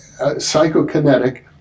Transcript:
psychokinetic